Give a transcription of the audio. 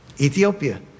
Ethiopia